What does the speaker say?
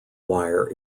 wire